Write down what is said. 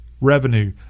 revenue